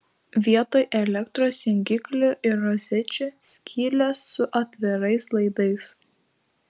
vietoj elektros jungiklių ir rozečių skylės su atvirais laidais